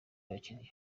abakiriya